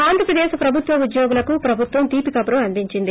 ఆంధ్రప్రదేశ్ ప్రభుత్వ ఉద్యోగులకు ప్రభుత్వం తీపికటురను అందించింది